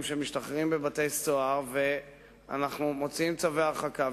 שמשתחררים מבתי-סוהר ואנחנו מוציאים צווי הרחקה,